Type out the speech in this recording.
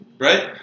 Right